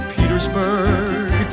Petersburg